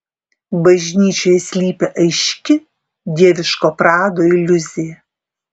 bažnyčioje slypi aiški dieviško prado iliuzija